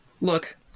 look